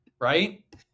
right